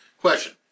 Question